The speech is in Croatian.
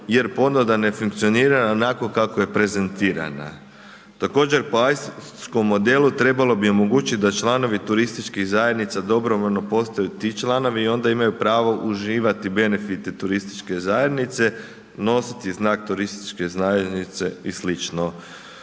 jer ponuda ne funkcionira onako kako je prezentirana. Također po .../Govornik se ne razumije./... modelu trebalo bi omogućiti da članovi turističkih zajednica dobrovoljno postaju ti članovi i onda imaju pravo uživati benefite turističke zajednice, nositi znak turističke zajednice i